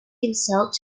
himself